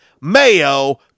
mayo